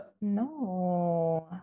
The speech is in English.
No